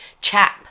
chap